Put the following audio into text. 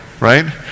right